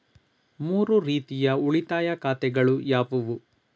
ಮೂರು ರೀತಿಯ ಉಳಿತಾಯ ಖಾತೆಗಳು ಯಾವುವು?